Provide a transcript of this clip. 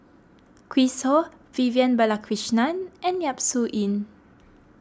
Chris Ho Vivian Balakrishnan and Yap Su Yin